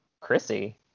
Chrissy